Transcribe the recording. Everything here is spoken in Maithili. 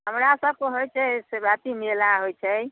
हमरा सबके होइत छै शिवरात्रि मेला होइत छै